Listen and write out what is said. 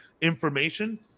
information